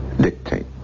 Dictate